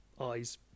eyes